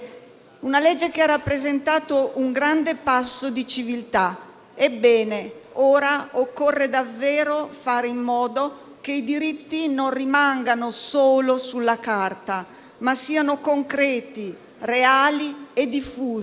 Una legge che ha rappresentato un grande passo di civiltà. Ebbene, ora occorre davvero fare in modo che i diritti non rimangano solo sulla carta, ma siano concreti, reali e diffusi